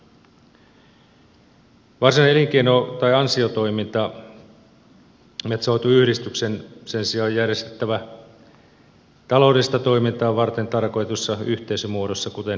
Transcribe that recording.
varsinainen elinkeino tai ansiotoiminta metsänhoitoyhdistyksen sijaan on järjestettävä taloudellista toimintaa varten tarkoitetussa yhteisömuodossa kuten osakeyhtiönä